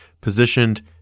positioned